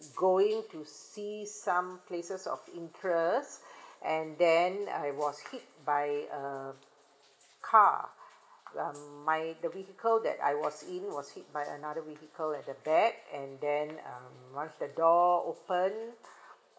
going to see some places of interest and then I was hit by a car um my the vehicle that I was in was hit by another vehicle at the back and then um once the door open